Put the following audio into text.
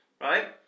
right